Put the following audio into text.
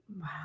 Wow